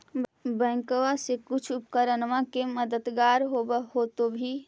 बैंकबा से कुछ उपकरणमा के मददगार होब होतै भी?